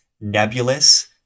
nebulous